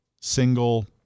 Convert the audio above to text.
single